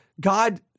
God